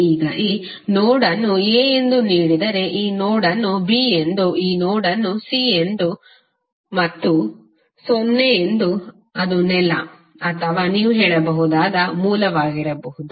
ಈಗ ಈ ನೋಡ್ ಅನ್ನು a ಎಂದು ನೀಡಿದರೆ ಈ ನೋಡ್ ಅನ್ನು b ಎಂದು ಈ ನೋಡ್ ಅನ್ನು c ಎಂದು ಮತ್ತು ಇದು o ಎಂದು ಅದು ನೆಲ ಅಥವಾ ನೀವು ಹೇಳಬಹುದಾದ ಮೂಲವಾಗಿರಬಹುದು